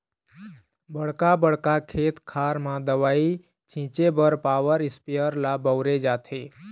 बड़का बड़का खेत खार म दवई छिंचे बर पॉवर इस्पेयर ल बउरे जाथे